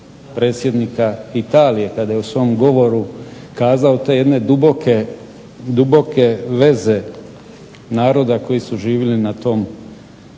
predsjednika Italije kada je u svom govoru kazao te jedne duboke veze naroda koji su živjeli na tom